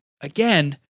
again